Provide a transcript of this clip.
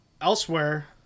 Elsewhere